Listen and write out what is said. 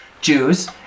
Jews